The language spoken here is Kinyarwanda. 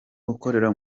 ukorera